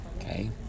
Okay